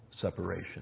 separation